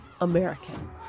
American